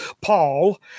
paul